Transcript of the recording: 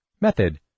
Method